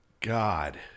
God